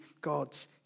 God's